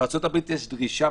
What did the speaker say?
בארצות הברית יש דרישה,